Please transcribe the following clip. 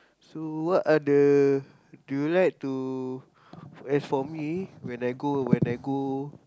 so what other do you like to as for me when I go when I go